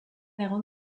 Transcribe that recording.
egon